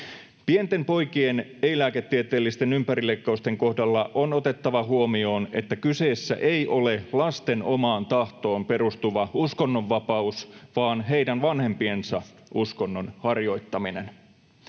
Pienten poikien ei-lääketieteellisten ympärileikkausten kohdalla on otettava huomioon, että kyseessä ei ole lasten omaan tahtoon perustuva uskonnonvapaus vaan heidän vanhempiensa uskonnon harjoittaminen.